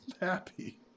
happy